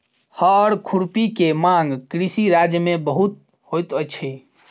हअर खुरपी के मांग कृषि राज्य में बहुत होइत अछि